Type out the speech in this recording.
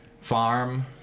farm